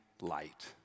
Light